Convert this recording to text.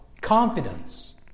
Confidence